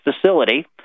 facility